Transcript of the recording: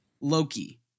Loki